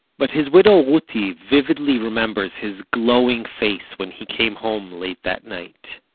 but his widow, ruti, vividly remembers his glowing face when he came home late that night.